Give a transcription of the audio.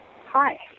Hi